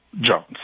Jones